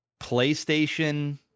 Playstation